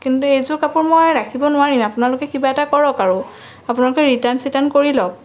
কিন্তু এইযোৰ কাপোৰ মই ৰাখিব নোৱাৰিম আপোনালোকে কিবা এটা কৰক আৰু আপোনালোকে ৰিটাৰ্ণ চিটাৰ্ন কৰি লওক